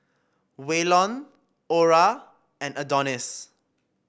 Waylon Orah and Adonis